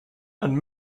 and